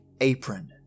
Apron